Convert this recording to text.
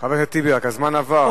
חבר הכנסת טיבי, רק הזמן עבר.